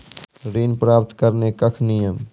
ऋण प्राप्त करने कख नियम?